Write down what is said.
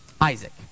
Isaac